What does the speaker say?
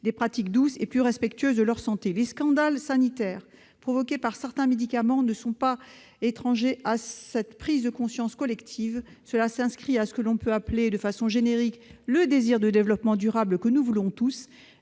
des pratiques douces et plus respectueuses de leur santé. Les scandales sanitaires provoqués par certains médicaments ne sont pas étrangers à cette prise de conscience collective. La médecine par les plantes s'inscrit par ailleurs dans le désir de développement durable que nous voulons tous.